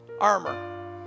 armor